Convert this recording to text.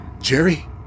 Jerry